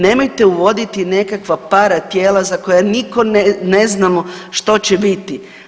Nemojte uvoditi nekakva paratijela za koja nitko ne znamo što će biti.